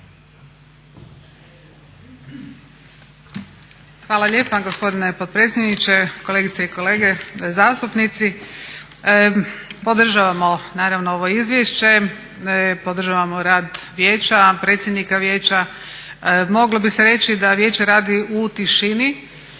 Hvala lijepa gospodine potpredsjedniče, kolegice i kolege zastupnici. Podržavamo naravno ovo izvješće, podražavamo rad vijeća, predsjednika vijeća. Moglo bi se reći da vijeće radi u tišini,